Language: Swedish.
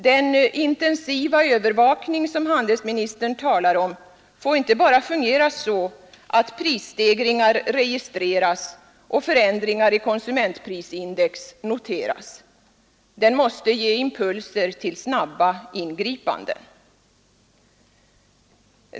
Den ”intensiva övervakning” som handelsministern talar om får inte bara fungera så att prisstegringar registreras och förändringar i konsumentprisindex noteras. Den måste ge impulser till snabba ingripanden.